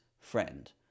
friend